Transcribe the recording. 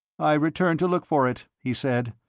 i returned to look for it, he said.